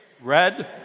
Red